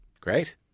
Great